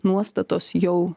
nuostatos jau